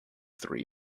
three